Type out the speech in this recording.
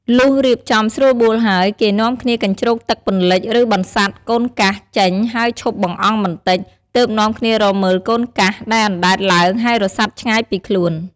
លុះរៀបចំស្រួលបួលហើយ គេនាំគ្នាកញ្ជ្រោកទឹកពន្លិច ឬបន្សាត់ "កូនកាស" ចេញ ហើយឈប់បង្អង់បន្តិច ទើបនាំគ្នារកមើល "កូនកាស" ដែលអណ្ដែតឡើងហើយរសាត់ឆ្ងាយពីខ្លួន។